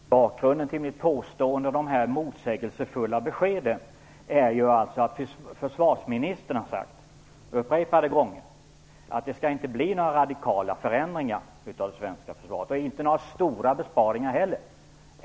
Herr talman! Bakgrunden till mitt påstående om de motsägelsefulla beskeden är alltså att försvarsministern upprepade gånger har sagt att det inte skall bli några radikala förändringar av det svenska försvaret och inte heller några stora besparingar.